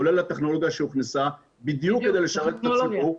כולל הטכנולוגיה שהוכנסה בדיוק כדי לשרת את הציבור.